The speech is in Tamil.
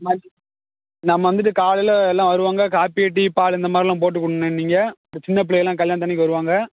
நம்ம வந்துட்டு காலையில் எல்லாம் வருவாங்க காபி டீ பால் இந்த மாதிரிலாம் போட்டுக் கொடுண்ணே நீங்கள் இது சின்னப் பிள்ளைகளெலாம் கல்யாணத்தன்னைக்கு வருவாங்க